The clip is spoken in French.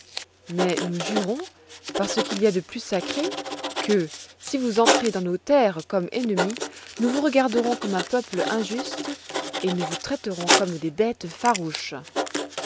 mais nous jurons par ce qu'il y a de plus sacré que si vous entrez dans nos terres comme ennemis nous vous regarderons comme un peuple injuste et que nous vous traiterons comme des bêtes farouches